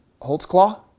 Holtzclaw